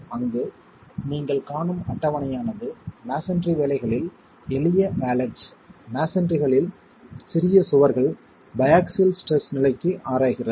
அங்கு நீங்கள் காணும் அட்டவணையானது மஸோன்றி வேலைகளில் எளிய வால்லெட்ஸ் மஸோன்றிகளில் சிறிய சுவர்கள் பையாக்ஸில் ஸ்ட்ரெஸ் நிலைக்கு ஆராய்கிறது